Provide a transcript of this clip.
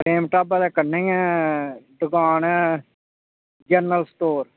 प्रेम ढाबे दे कन्नै गै दकान ऐ जरनल स्टोर